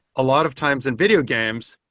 a lot of times in video games,